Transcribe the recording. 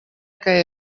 que